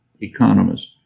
economist